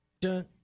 Dun